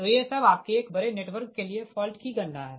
तो ये सब आपके एक बड़े नेटवर्क के लिए फॉल्ट की गणना है